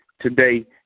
today